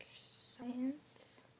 science